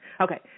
Okay